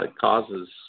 causes